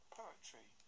poetry